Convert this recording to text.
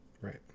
Right